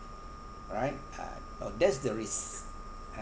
right ah uh that's the risk